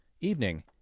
Evening